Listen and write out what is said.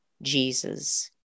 Jesus